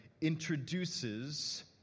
introduces